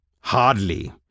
Hardly